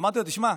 אמרתי לו: תשמע,